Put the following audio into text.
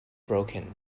broken